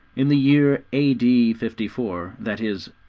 in the year a d. fifty four, that is,